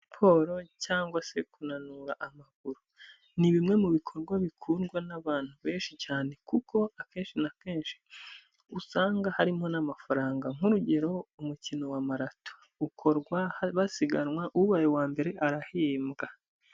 Siporo cyangwa se kunanura amakuru, ni bimwe mu bikorwa bikundwa n'abantu benshi cyane kuko akenshi na kenshi usanga harimo n'amafaranga, nk'urugero umukino wa marato ukorwa basiganwa, ubaye uwa mbere arahembwa.